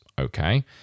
okay